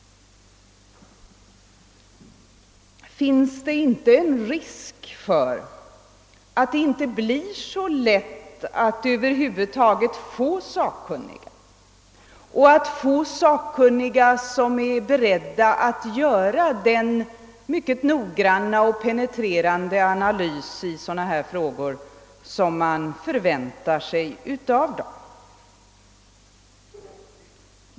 Finns det inte en risk för att det blir svårt att över huvud taget få sakkunniga som är beredda att göra den mycket noggranna och penetrerande analys i dessa frågor som man önskar få?